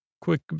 Quick